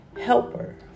helper